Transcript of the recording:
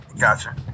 gotcha